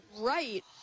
right